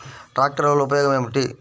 ట్రాక్టర్ల వల్ల ఉపయోగం ఏమిటీ?